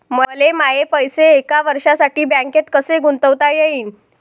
मले माये पैसे एक वर्षासाठी बँकेत कसे गुंतवता येईन?